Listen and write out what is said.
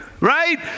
right